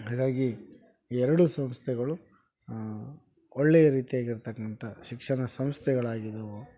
ಹಾಗಾಗಿ ಎರಡು ಸಂಸ್ಥೆಗಳು ಒಳ್ಳೆಯ ರೀತಿಯಾಗಿರ್ತಕ್ಕಂಥ ಶಿಕ್ಷಣ ಸಂಸ್ಥೆಗಳಾಗಿದವೆ